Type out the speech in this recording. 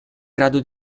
grado